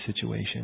situation